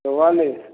चौवालिस